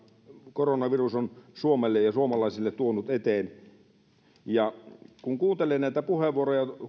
koronavirus on suomelle ja suomalaisille tuonut eteen kuuntelin näitä puheenvuoroja